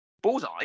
Bullseye